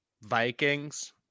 Vikings